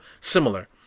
similar